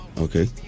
Okay